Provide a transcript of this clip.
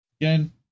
again